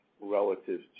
relative